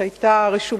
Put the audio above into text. שלפי הרשום